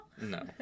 No